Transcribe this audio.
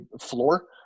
floor